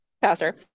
pastor